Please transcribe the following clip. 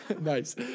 Nice